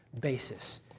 basis